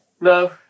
No